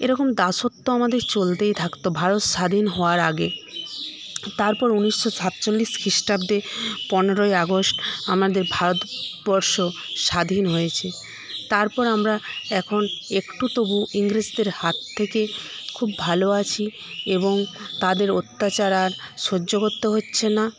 এরকম দাসত্ব আমাদের চলতেই থাকতো ভারত স্বাধীন হওয়ার আগে তারপর উনিশশো সাতচল্লিশ খ্রিস্টাব্দে পনেরোই আগস্ট আমাদের ভারতবর্ষ স্বাধীন হয়েছে তারপর আমরা এখন একটু তবু ইংরেজদের হাত থেকে খুব ভালো আছি এবং তাদের অত্যাচার আর সহ্য় করতে হচ্ছে না